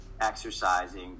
exercising